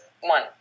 one